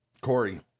Corey